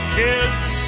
kids